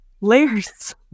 layers